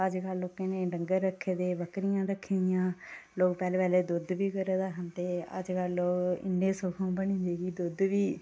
ते अजकल नेईं लोकें डंगर रक्खे दे बकरियां रक्खी दियां लोक पैह्लें पैह्लें दुद्ध बी घरै दा खंदे हे ते अजकल ओह् इन्ने सूखम बनी गेदे कि दुद्ध बी